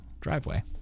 driveway